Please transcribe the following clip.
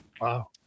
Wow